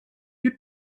you